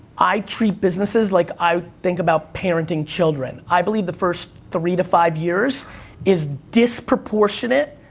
i treat businesses like i think about parenting children, i believe the first three to five years is disproportionate,